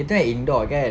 itu yang indoor kan